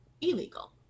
illegal